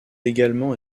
également